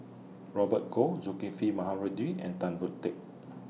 Robert Goh Zulkifli Baharudin and Tan Boon Teik